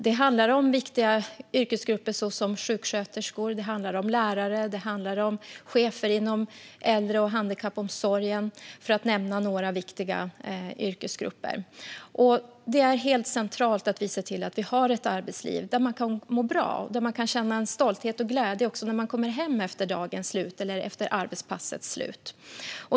Det handlar om viktiga yrkesgrupper såsom sjuksköterskor, lärare och chefer inom äldre och handikappomsorgen, för att nämna några. Det är helt centralt att vi ser till att vi har ett arbetsliv där man kan må bra och där man kan känna stolthet och glädje också när man kommer hem efter dagens slut eller arbetspassets slut.